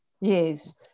Yes